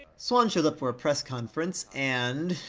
swan shows up for a press conference, and,